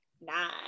Nine